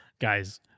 Guys